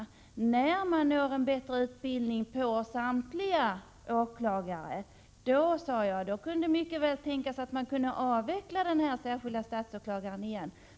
När samtliga åklagare har en bättre utbildning, kan man mycket väl tänka sig att inte ha den här särskilde statsåklagaren.